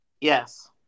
Yes